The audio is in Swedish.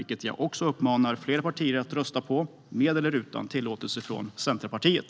Jag uppmanar fler partier att göra det, med eller utan tillåtelse från Centerpartiet.